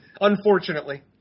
Unfortunately